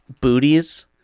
booties